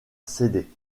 céder